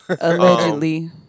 Allegedly